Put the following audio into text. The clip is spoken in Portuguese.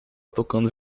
tocando